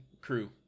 crew